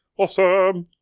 awesome